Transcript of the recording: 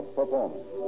performance